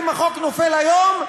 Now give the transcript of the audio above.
אם החוק נופל היום,